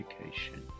education